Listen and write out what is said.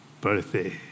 birthday